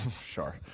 sure